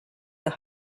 the